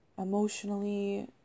emotionally